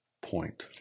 point